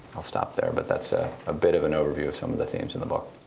i'll stop there, but that's a bit of an overview of some of the themes in the book.